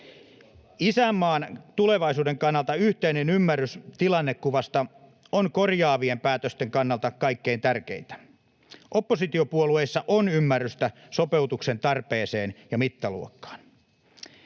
Isänmaan tulevaisuuden kannalta yhteinen ymmärrys tilannekuvasta on korjaavien päätösten kannalta kaikkein tärkeintä. Oppositiopuolueissa on ymmärrystä sopeutuksen tarpeesta ja mittaluokasta.